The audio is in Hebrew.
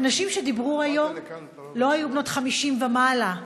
הנשים שדיברו היום לא היו בנות 50 ומעלה,